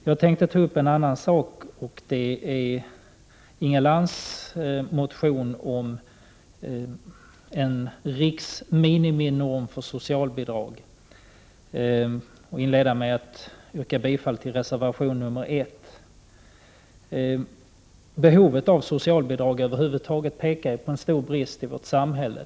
Jag skall ta upp en annan sak, och det är Inga Lantz motion om en riksminiminorm för socialbidrag, och jag inleder med att yrka bifall till reservation nr 1. Behovet av socialbidrag över huvud taget pekar på en stor brist i vårt samhälle.